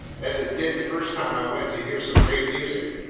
as it did the first time i went to hear some great music.